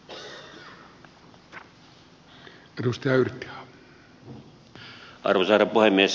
arvoisa herra puhemies